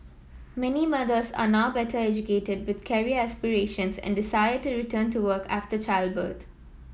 many mothers are now better educated with career aspirations and to return to work after childbirth